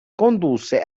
condusse